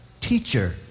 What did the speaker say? Teacher